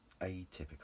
atypical